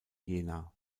jena